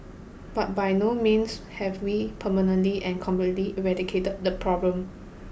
but by no means have we permanently and completely eradicated the problem